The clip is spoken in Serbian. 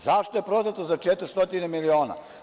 Zašto je prodato za 400 miliona?